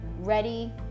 ready